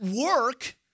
work